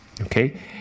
Okay